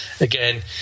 again